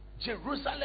Jerusalem